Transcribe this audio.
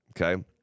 okay